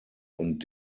und